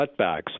cutbacks